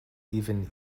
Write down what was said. even